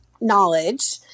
knowledge